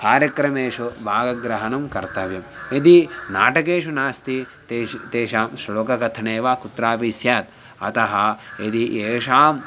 कार्यक्रमेषु भागग्रहणं कर्तव्यं यदि नाटकेषु नास्ति तेषां तेषां श्लोककथने वा कुत्रापि स्यात् अतः यदि येषां